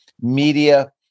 media